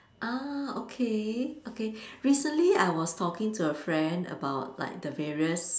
ah okay okay recently I was talking to a friend about like the various